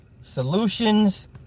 solutions